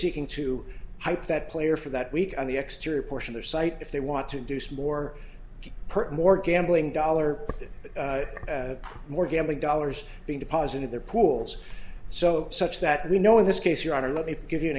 seeking to hype that player for that week on the exterior portion their site if they want to do some more per more gambling dollar more gambling dollars being deposited there pools so such that we know in this case your honor let me give you an